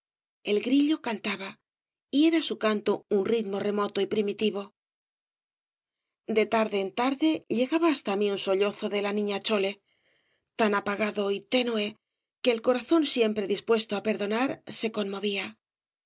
el grillo cantaba y era su canto un ritmo remoto y primitivo de tarde en tarde llegaba hasta mí algún sollozo de la niña chole tan apagado y tenue que el corazón siempre dispuesto á perdonar se conmovía